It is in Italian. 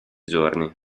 giorni